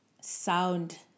sound